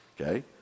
Okay